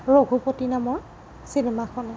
ৰঘুপতি নামৰ চিনেমাখনে